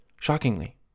Shockingly